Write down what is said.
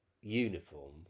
Uniform